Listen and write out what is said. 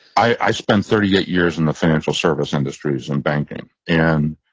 i spent thirty eight years in the financial service industries and banking. and